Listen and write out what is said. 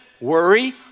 worry